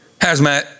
Hazmat